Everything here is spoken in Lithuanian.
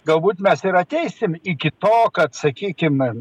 galbūt mes ir ateisim iki to kad sakykim